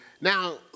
now